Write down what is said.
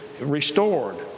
restored